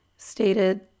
stated